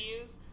use